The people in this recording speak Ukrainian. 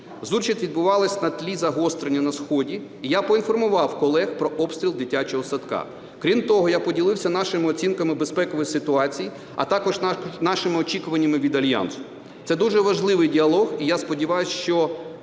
Участь відбувалась на тлі загострення на сході,і я поінформував колег про обстріл дитячого садка. Крім того, я поділився нашими оцінками безпекової ситуації, а також нашими очікуваннями від Альянсу. Це дуже важливий діалог. І я сподіваюсь, що